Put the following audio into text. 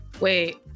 wait